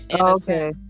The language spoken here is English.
Okay